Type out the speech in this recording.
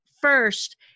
First